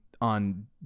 on